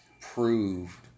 Proved